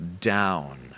down